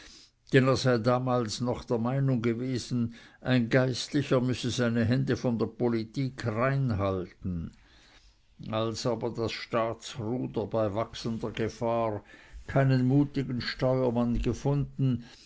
er sei damals noch der meinung gewesen ein geistlicher müsse seine hände von der politik rein halten als aber das staatsruder bei wachsender gefahr keinen mutigen steuermann gefunden